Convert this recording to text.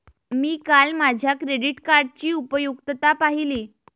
मी काल माझ्या क्रेडिट कार्डची उपयुक्तता पाहिली